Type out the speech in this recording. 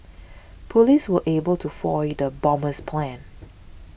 police were able to foil the bomber's plans